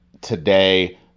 today